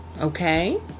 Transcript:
Okay